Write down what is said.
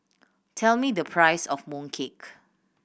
tell me the price of mooncake